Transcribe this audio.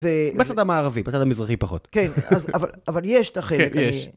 בצד המערבי, בצד המזרחי פחות. כן, אבל יש את החלק.